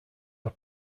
are